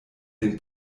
den